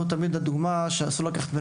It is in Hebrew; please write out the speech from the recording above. שהוא תמיד הדוגמה שאסור לקחת,